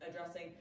addressing